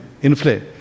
inflate